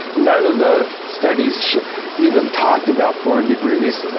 none of the studies even talked about foreign degrees.